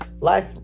Life